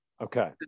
Okay